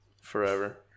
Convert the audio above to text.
forever